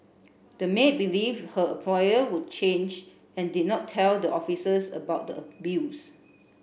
the maid believe her employer would change and did not tell the officers about the abuse